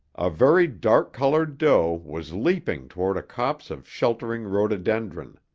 a very dark-colored doe was leaping toward a copse of sheltering rhododendron.